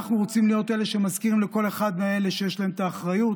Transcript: אנחנו רוצים להיות אלה שמזכירים לכל אחד מאלה שיש להם את האחריות